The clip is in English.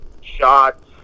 shots